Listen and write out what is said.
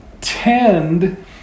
tend